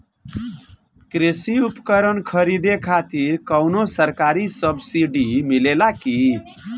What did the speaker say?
कृषी उपकरण खरीदे खातिर कउनो सरकारी सब्सीडी मिलेला की?